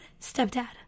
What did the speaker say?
Stepdad